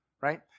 Right